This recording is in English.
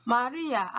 Maria